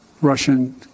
Russian